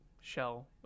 shell